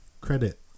credit